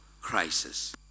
crisis